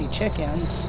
chickens